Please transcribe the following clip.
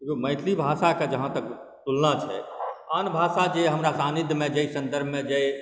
देखिऔ मैथिली भाषाके जहाँ तक तुलना छै आन भाषा जे हमरा सान्निध्यमे जाहि सन्दर्भमे जाहि